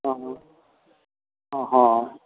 हँ हँ हँ हँ